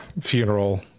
funeral